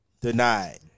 Denied